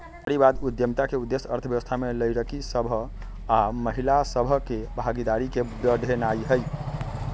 नारीवाद उद्यमिता के उद्देश्य अर्थव्यवस्था में लइरकि सभ आऽ महिला सभ के भागीदारी के बढ़ेनाइ हइ